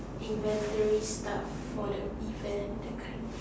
inventory stuff for the event that kind